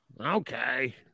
okay